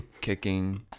kicking